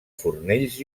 fornells